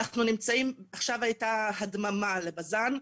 עכשיו הייתה הדממה לבזן,